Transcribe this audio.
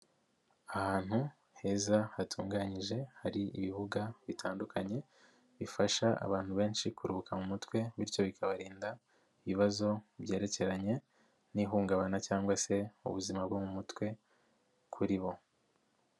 Ahantu heza hatunganyije, hari ibibuga bitandukanye, bifasha abantu benshi kuruhuka mu mutwe, bityo bikabarinda ibibazo byerekeranye n'ihungabana cyangwa se ubuzima bwo mu mutwe kuri bo.